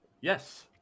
yes